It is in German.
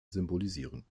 symbolisieren